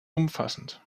umfassend